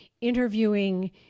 interviewing